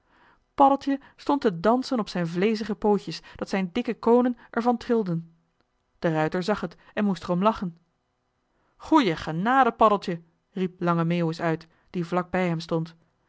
stond te dansen op zijn vleezige pootjes dat zijn dikke koonen er van trilden de ruijter zag het en moest er om lachen goeie genade paddeltje riep lange meeuwis uit die vlak bij hem stond